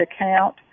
account